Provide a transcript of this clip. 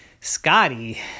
Scotty